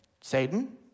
Satan